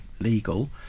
legal